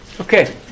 Okay